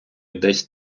десь